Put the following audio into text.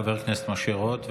חבר הכנסת משה רוט,